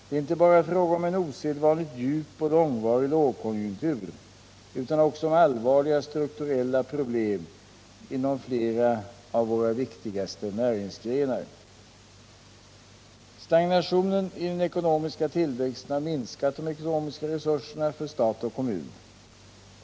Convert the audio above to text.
Det är inte bara fråga om en osedvanligt djup och långvarig lågkonjunktur utan också om allvarliga strukturella problem inom flera av våra viktigaste näringsgrenar. Stagnationen i den ekonomiska tillväxten har minskat de ekonomiska resurserna för stat och kommun.